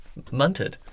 munted